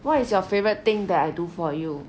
what is your favourite thing that I do for you